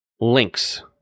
links